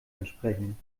entsprechen